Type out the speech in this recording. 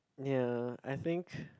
ya I think